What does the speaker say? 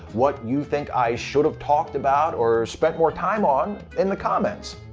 what you think i should have talked about or spent more time on in the comments.